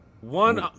one